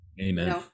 Amen